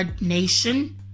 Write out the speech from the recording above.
nation